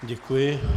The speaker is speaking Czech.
Děkuji.